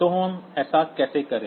तो हम ऐसा कैसे करें